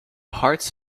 hearts